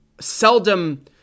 seldom